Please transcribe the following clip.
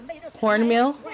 cornmeal